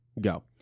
go